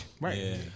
Right